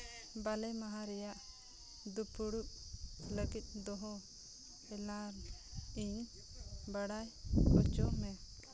ᱵᱟᱞᱮ ᱢᱟᱦᱟ ᱨᱮᱭᱟᱜ ᱫᱩᱯᱲᱩᱵ ᱞᱟᱹᱜᱤᱫ ᱫᱚᱦᱚ ᱮᱞᱟᱨᱢ ᱤᱧ ᱵᱟᱲᱟᱭ ᱦᱚᱪᱚ ᱢᱮ